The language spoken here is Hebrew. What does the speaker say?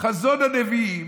חזון הנביאים,